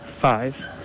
five